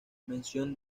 mención